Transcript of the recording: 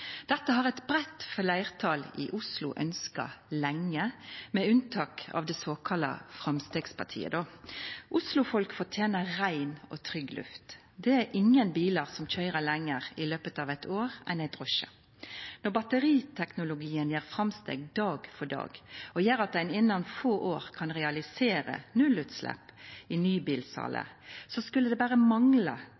Dette har eit breitt fleirtal i Oslo ønskt lenge – med unntak av det såkalla Framstegspartiet, då! Oslo-folk fortener rein og trygg luft. Det er ingen bilar som køyrer lenger i løpet av eit år enn ein drosje. Når batteriteknologien gjer framsteg dag for dag og gjer at ein innan få år kan realisera nullutslepp i